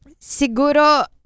siguro